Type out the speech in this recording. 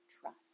trust